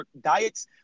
diets